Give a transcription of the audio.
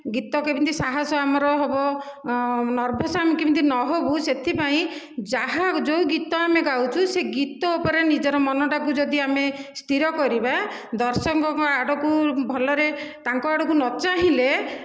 ଗୀତ କେମିତି ସାହସ ଆମର ହବ ନର୍ଭସ୍ କେମିତି ଆମେ ନହେବୁ ସେଥିପାଇଁ ଯାହା ଯେଉଁ ଗୀତ ଆମେ ଗାଉଛୁ ସେଇ ଗୀତ ଉପରେ ନିଜର ମନଟାକୁ ଯଦି ଆମେ ସ୍ଥିର କରିବା ଦର୍ଶକଙ୍କ ଆଡ଼କୁ ଭଲରେ ତାଙ୍କ ଆଡ଼କୁ ନ ଚାହିଁଲେ